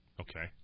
Okay